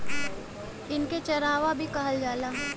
इनके चरवाह भी कहल जाला